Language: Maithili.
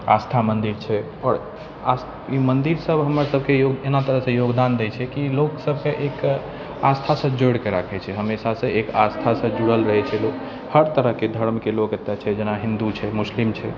आस्था मन्दिर छै आओर आस्था ई मन्दिर सभ हमर सभके योग एना तरहसँ योगदान दै छै कि लोक सभके एक आस्थासँ जोड़िके राखै छै हमेशासँ एक आस्थासँ जुड़ल रहै छै लोक हर तरहके धर्मके लोक एतय छै जेना हिन्दू छै मुस्लिम छै